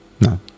No